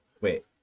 Wait